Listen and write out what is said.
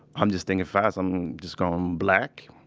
i'm just thinking fast. i'm just going, black?